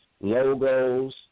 logos